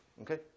okay